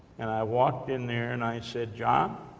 and i walked in there, and i said, john,